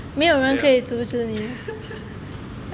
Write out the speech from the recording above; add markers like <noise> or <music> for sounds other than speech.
对啊 <laughs>